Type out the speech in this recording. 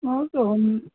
हाँ तो हम